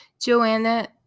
Joanna